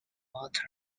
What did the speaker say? water